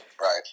Right